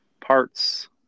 parts